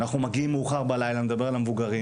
אנחנו מגיעים מאוחר בלילה אני מדבר על המבוגרים